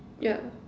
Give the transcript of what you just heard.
yup